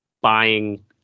buying